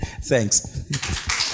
Thanks